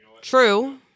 True